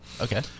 Okay